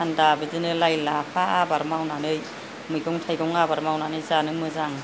थान्दा बिदिनो लाइ लाफा आबाद मावनानै मैगं थाइगं आबाद मावनानै जानो मोजां